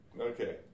Okay